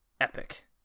epic